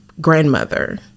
grandmother